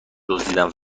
دزدیدن